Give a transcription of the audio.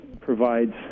provides